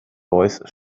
voice